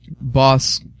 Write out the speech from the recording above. boss